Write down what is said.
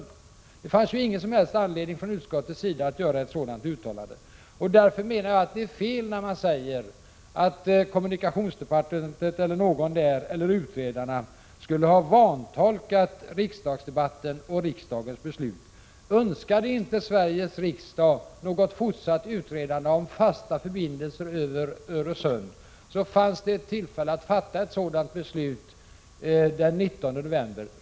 Det fanns ju annars inte någon som helst anledning för utskottet att göra ett sådant uttalande. Jag menar att det därför är fel när man säger att kommunikationsdepartementet, någon enskild företrädare för departementet, eller utredarna skulle ha vantolkat riksdagsdebatten och riksdagens beslut. Önskade inte Sveriges riksdag något fortsatt utredande av fasta förbindelser över Öresund, fanns det tillfälle att fatta ett sådant beslut den 19 november.